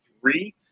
three